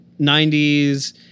90s